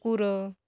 କୁକୁର